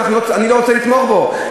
שאני לא רוצה לתמוך בה.